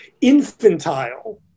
infantile